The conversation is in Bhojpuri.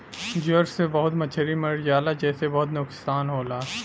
ज्वर से बहुत मछरी मर जाला जेसे बहुत नुकसान होला